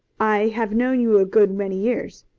i have known you a good many years.